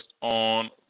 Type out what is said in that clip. on